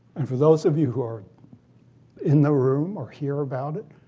and for those of you who are in the room or hear about it,